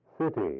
city